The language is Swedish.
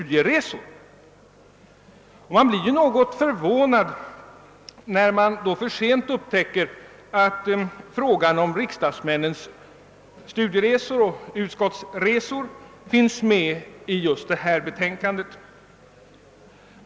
Det Man blir ju något förvånad när man då för sent upptäcker att frågan om riksdagsmännens studieresor och utskottsresor finns med i just detta betänkande.